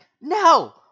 No